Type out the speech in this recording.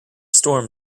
storm